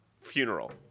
funeral